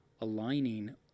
aligning